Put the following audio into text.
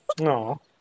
no